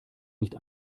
nicht